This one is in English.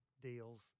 deals